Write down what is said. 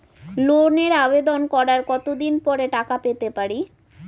লোনের আবেদন করার কত দিন পরে টাকা পেতে পারি?